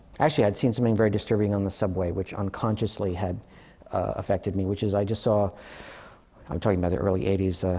actually, i'd seen something very disturbing on the subway. which unconsciously had affected me. which is, i'd just saw i'm talking about the early eighty s.